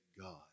God